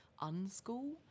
unschool